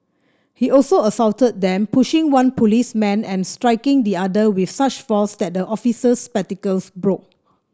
he also assaulted them pushing one policeman and striking the other with such force that the officer's spectacles broke